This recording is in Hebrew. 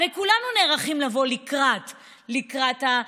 הרי כולנו נערכים לבוא לקראת הבוגרים,